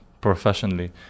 professionally